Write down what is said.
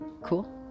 cool